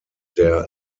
der